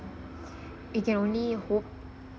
it can only hope